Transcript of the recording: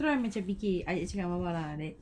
you know macam I fikir I cakap dengan bapa lah like